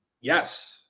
Yes